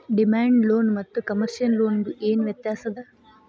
Demand loan ಮತ್ತ commercial loan ಗೆ ಏನ್ ವ್ಯತ್ಯಾಸದ?